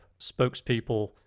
spokespeople